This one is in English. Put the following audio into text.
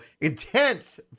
Intense